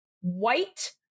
white